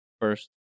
first